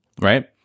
right